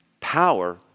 power